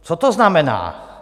Co to znamená?